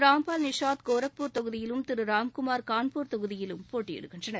ராம்பால் நிஷாத் கோரக்பூர் தொகுதியிலும் திரு ராம்குமார் கான்பூர் தொகுதியிலும் போட்டியிடுகின்றனர்